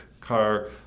car